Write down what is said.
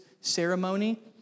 ceremony